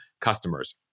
customers